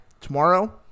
tomorrow